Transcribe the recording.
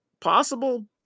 Possible